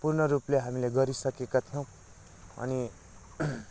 पूर्ण रूपले हामीले गरिसकेका थियौँ अनि